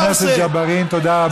חבר הכנסת ג'בארין, תודה רבה.